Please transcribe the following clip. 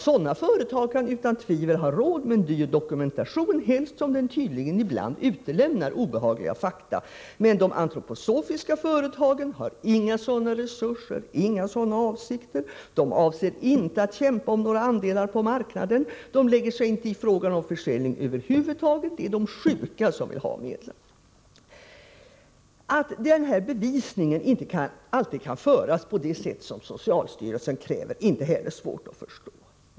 Sådana företag kan utan tvivel ha råd med en dyr dokumentation, helst som den tydligen ibland utelämnar obehagliga fakta. Men de antroposofiska företagen har inga sådana resurser och inga sådana avsikter. De avser inte att kämpa om några andelar på marknaden. De lägger sig inte i frågan om försäljning över huvud taget. Det är de sjuka som vill ha medlen. Att bevisningen inte alltid kan föras på det sätt som socialstyrelsen kräver är inte heller svårt att förstå.